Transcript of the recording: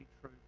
true